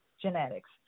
genetics